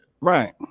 right